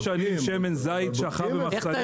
אתה לא יודע כמה שנים שמן זית שכב במחסנים.